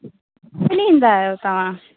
ईंदा आहियो तव्हां